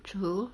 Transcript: true